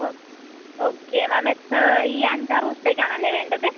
ഓ okay ma'am എത്ത് ഈ അഞ്ചാറ് ദിവസത്തേക്കാണല്ലേ വേണ്ടത്